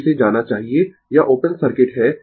तो इसे जाना चाहिए यह ओपन सर्किट है